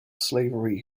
slavery